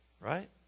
right